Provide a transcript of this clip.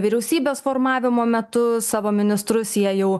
vyriausybės formavimo metu savo ministrus jie jau